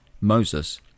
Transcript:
Moses